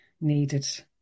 needed